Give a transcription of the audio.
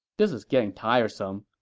this is getting tiresome.